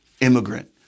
immigrant